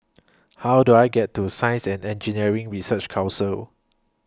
How Do I get to Science and Engineering Research Council